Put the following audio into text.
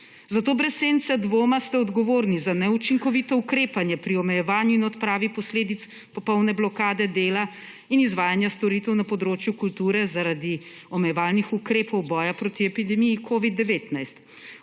ste brez sence dvoma odgovorni za neučinkovito ukrepanje pri omejevanju in odpravi posledic popolne blokade dela in izvajanja storitev na področju kulture zaradi omejevalnih ukrepov boja proti epidemiji covid-19.